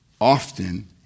often